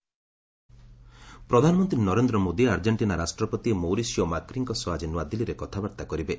PM Argentina ପ୍ରଧାନମନ୍ତ୍ରୀ Narendra Modi Argentina ରାଷ୍ଟ୍ରପତି Mauricio ମାକ୍ରିଙ୍କ ସହ ଆକି ନୃଆଦିଲ୍ଲୀରେ କଥାବାର୍ଭା କରିବେ